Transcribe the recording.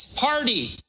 party